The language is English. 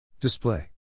Display